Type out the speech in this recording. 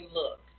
look